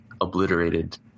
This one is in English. obliterated